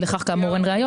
לכך כאמור אין ראיות".